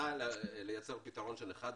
מצליחה לייצר פתרון של אחד בחדר,